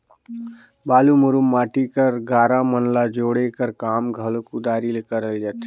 बालू, मुरूम, माटी कर गारा मन ल जोड़े कर काम घलो कुदारी ले करल जाथे